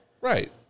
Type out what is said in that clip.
Right